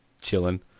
chilling